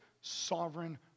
sovereign